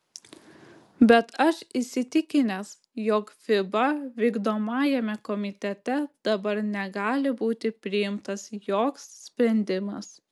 bet aš įsitikinęs jog fiba vykdomajame komitete dabar negali būti priimtas joks sprendimas